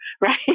right